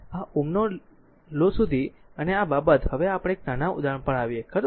હવે આ Ω લો સુધી અને આ બાબત હવે આપણે એક નાના ઉદાહરણ પર આવીએ ખરું